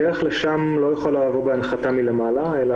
הדרך לשם לא יכולה לבוא בהנחתה מלמעלה אלא